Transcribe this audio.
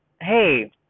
hey